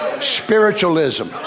spiritualism